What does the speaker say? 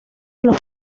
los